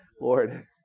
Lord